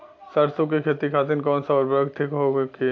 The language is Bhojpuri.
सरसो के खेती खातीन कवन सा उर्वरक थिक होखी?